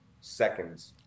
seconds